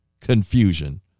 confusion